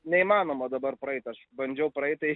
neįmanoma dabar praeit aš bandžiau praeit tai